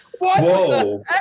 Whoa